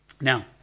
Now